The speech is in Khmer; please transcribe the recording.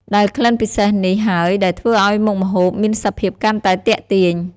ដែល ក្លិនពិសេសនេះហើយដែលធ្វើឲ្យមុខម្ហូបមានសភាពកាន់តែទាក់ទាញ។